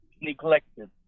neglected